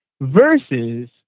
versus